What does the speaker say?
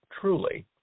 truly